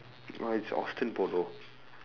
orh it's oxton polo